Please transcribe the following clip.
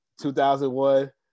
2001